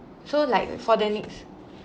so like for the next